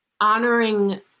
Honoring